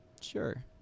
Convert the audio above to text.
Sure